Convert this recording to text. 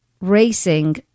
racing